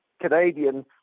Canadian